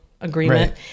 Agreement